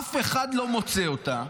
אף אחד לא מוצא אותה,